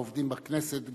העובדים בכנסת,